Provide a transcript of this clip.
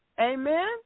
Amen